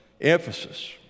emphasis